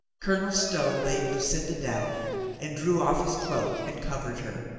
colonel stow laid lucinda down and drew off his cloak and covered her.